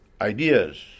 ideas